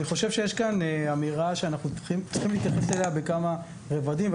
אני חושב שיש כאן אמירה שאנחנו צריכים להתייחס אליה בכמה רבדים,